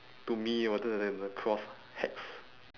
to me wanted to have a cross hex